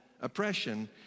oppression